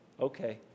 okay